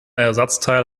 ersatzteil